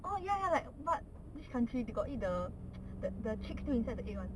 oh ya ya like what which country they got eat the the chicks put inside the eggs [one]